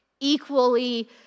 equally